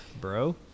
bro